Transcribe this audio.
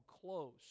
close